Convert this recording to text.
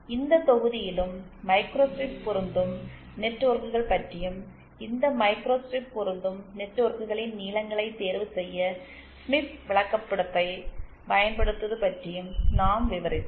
இந்த தொகுதியிலும் மைக்ரோஸ்ட்ரிப் பொருந்தும் நெட்வொர்க்குகள் பற்றியும் இந்த மைக்ரோஸ்ட்ரிப் பொருந்தும் நெட்வொர்க்குகளின் நீளங்களைத் தேர்வுசெய்ய ஸ்மித் விளக்கப்படத்தைப் பயன்படுத்துவது பற்றியும் நாம் விவரித்தோம்